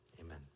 amen